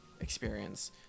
experience